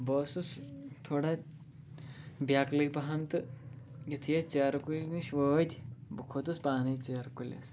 بہٕ اوسُس تھوڑا بیکلٕے پَہن تہٕ یُتھُے أسۍ ژیرٕ کُج نِش وٲتۍ بہٕ کھوٚتُس پانے ژیرٕ کُلِس